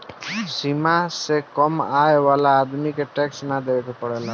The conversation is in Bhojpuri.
सीमा से कम आय वाला आदमी के टैक्स ना देवेके पड़ेला